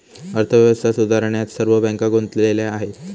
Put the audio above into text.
अर्थव्यवस्था सुधारण्यात सर्व बँका गुंतलेल्या आहेत